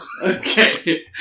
Okay